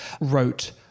wrote